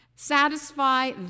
satisfy